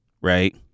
Right